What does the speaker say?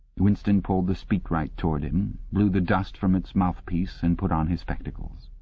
winston pulled the speakwrite towards him, blew the dust from its mouthpiece, and put on his spectacles.